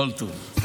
כל טוב.